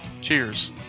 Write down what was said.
cheers